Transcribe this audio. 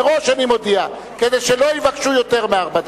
מראש אני מודיע, כדי שלא יבקשו יותר מארבע דקות.